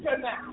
now